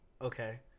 Okay